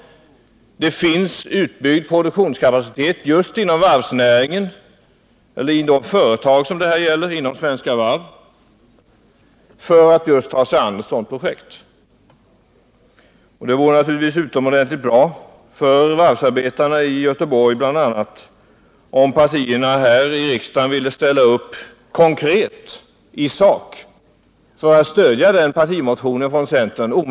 Det finns utbyggd produktionskapacitet inom varvsnäringen och inom det företag som det här gäller, Svenska Varv, för att kunna ta sig an ett sådant projekt. Det vore naturligtvis utomordentligt bra för varvsarbetarna, i Göteborg bl.a., om partierna i riksdagen omedelbart ville ställa upp för att konkret stödja partimotionen från centern.